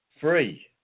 free